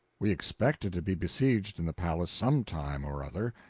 we expected to be besieged in the palace some time or other,